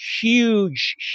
huge